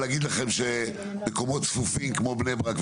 להגיד לכם שמקומות צפופים כמו בני ברק,